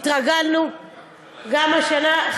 גם השנה.